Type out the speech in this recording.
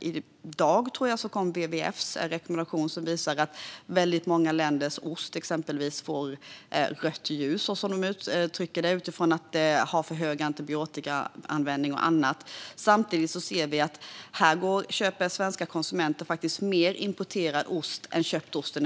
I dag, tror jag det var, kom WWF:s rekommendation, som exempelvis visar att väldigt många länders ost får rött ljus, som man uttrycker det, bland annat på grund av för hög antibiotikaanvändning. Men i nuläget köper svenska konsumenter faktiskt mer importerad ost än svensk ost.